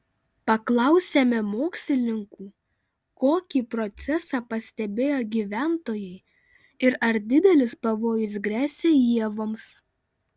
paklausėme mokslininkų kokį procesą pastebėjo gyventojai ir ar didelis pavojus gresia ievoms